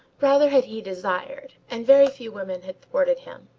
rather had he desired, and very few women had thwarted him.